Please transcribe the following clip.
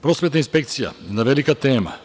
Prosvetna inspekcija, jedna velika tema.